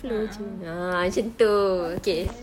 a'ah okay